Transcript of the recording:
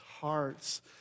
hearts